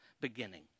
beginning